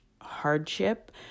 hardship